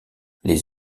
les